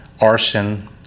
arson